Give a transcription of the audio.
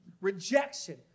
Rejection